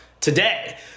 today